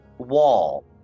Wall